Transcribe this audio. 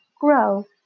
Grow